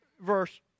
verse